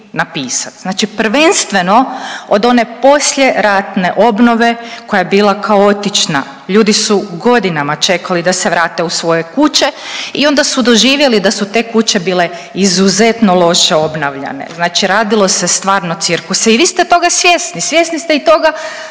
znači prvenstveno od one poslijeratne obnove koja je bila kaotična, ljudi su godinama čekali da se vrate u svoje kuće i onda su doživjeli da su te kuće bile izuzetno loše obnavljane, znači radilo se stvarno cirkus i vi ste toga svjesni, svjesni ste i toga